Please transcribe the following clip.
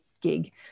gig